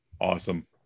Awesome